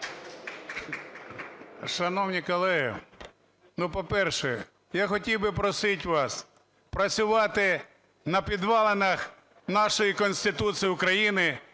Шановні колеги, ну, по-перше, я хотів би просити вас працювати на підвалинах нашої Конституції України